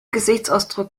gesichtsausdruck